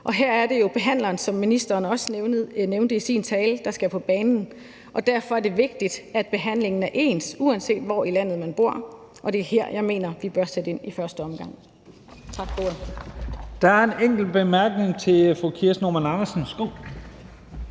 her er det jo behandleren, som ministeren også nævnte i sin tale, der skal på banen, og derfor er det vigtigt, at behandlingen er ens, uanset hvor i landet man bor. Og det er her, jeg mener vi bør sætte ind i første omgang.